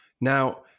Now